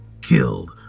killed